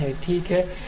ठीक है